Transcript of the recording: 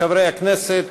חברי הכנסת,